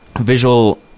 visual